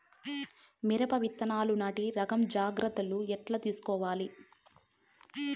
మిరప విత్తనాలు నాటి రకం జాగ్రత్తలు ఎట్లా తీసుకోవాలి?